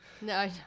No